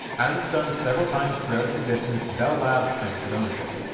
as it's done several times throughout its existence bell labs transferred ownership.